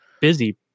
busy